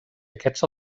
aquests